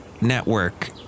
network